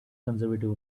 conservative